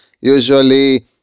Usually